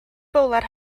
fowler